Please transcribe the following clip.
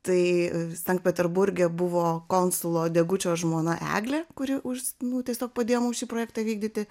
tai sankt peterburge buvo konsulo degučio žmona eglė kuri už nu tiesiog padėjo mum šį projektą vykdyti